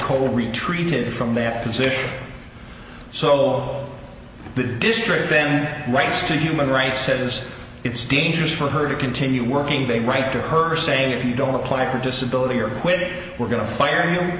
cole retreated from their position so the district then writes to human rights says it's dangerous for her to continue working they write to her saying if you don't apply for disability or quit we're going to fire